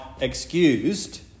excused